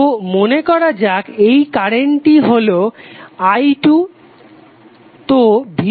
তো মনে করা যাক এই কারেন্টটি হলো এখন i2 তো V2 হবে i2R